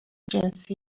جنسی